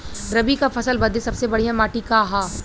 रबी क फसल बदे सबसे बढ़िया माटी का ह?